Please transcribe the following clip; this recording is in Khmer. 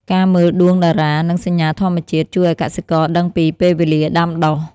ការមើលដួងតារា និងសញ្ញាធម្មជាតិ ជួយឱ្យកសិករដឹងពីពេលវេលាដាំដុះ។